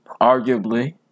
arguably